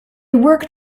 worked